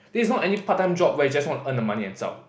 this not any part-time job where you just wanna earn the money and zao